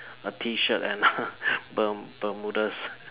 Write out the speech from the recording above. a T-shirt and a berm~ bermudas